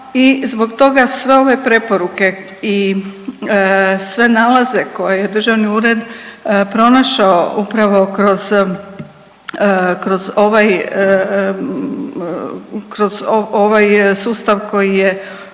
I zbog toga sve ove preporuke i sve nalaze koje je Državni ured pronašao upravo kroz ovaj kroz ovaj sustav koji je